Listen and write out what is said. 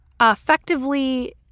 effectively